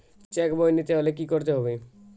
Check বই নিতে হলে কি করতে হবে?